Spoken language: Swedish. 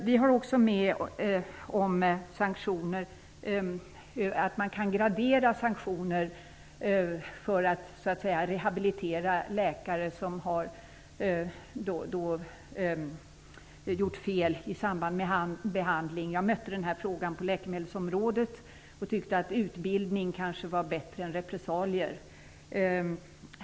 Vi har också tagit upp att man kan gradera sanktioner för att så att säga rehabilitera läkare som har gjort fel i samband med behandling. Jag mötte den här frågan på läkemedelsområdet och tyckte att utbildning kanske skulle vara bättre än repressalier.